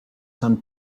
sand